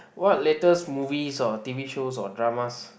what latest movies or t_v shows or dramas